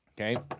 Okay